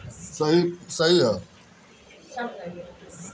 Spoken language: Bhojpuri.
गरीब किसानन के सरकार सोसाइटी पे बिया खाद मुफ्त में दे तिया